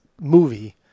movie